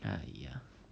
!aiya!